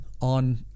on